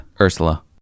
Ursula